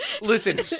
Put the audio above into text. Listen